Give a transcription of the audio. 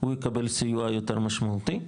הוא יקבל סיוע יותר משמעותי.